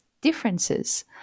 differences